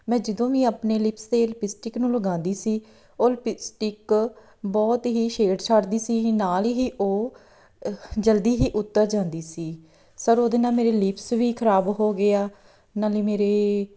ਮੈਂ ਜਦੋਂ ਵੀ ਆਪਣੇ ਲਿਪਸ 'ਤੇ ਲਪਿਸਟਿਕ ਨੂੰ ਲਗਾਉਂਦੀ ਸੀ ਉਹ ਲਪਿਸਟਿਕ ਬਹੁਤ ਹੀ ਸ਼ੇਡ ਛੱਡਦੀ ਸੀ ਹੀ ਨਾਲ ਹੀ ਉਹ ਜਲਦੀ ਹੀ ਉਤਰ ਜਾਂਦੀ ਸੀ ਸਰ ਉਹਦੇ ਨਾਲ ਮੇਰੇ ਲਿਪਸ ਵੀ ਖਰਾਬ ਹੋ ਗਏ ਆ ਨਾਲੇ ਮੇਰੇ